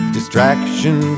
Distraction